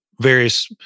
various